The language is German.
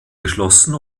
geschlossen